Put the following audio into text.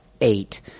eight